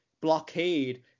blockade